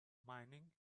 mining